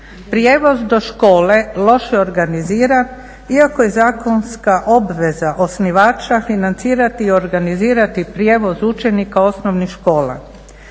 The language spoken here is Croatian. Prijevoz do škole loše je organiziran iako je zakonska obveza osnivača financirati i organizirati prijevoz učenika osnovnih škola.